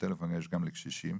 וטלפון יש גם לקשישים.